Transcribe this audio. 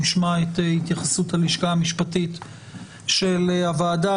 נשמע את התייחסות הלשכה המשפטית של הוועדה